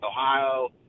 Ohio